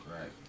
Right